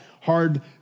hard